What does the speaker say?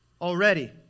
Already